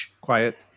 quiet